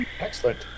Excellent